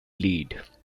lead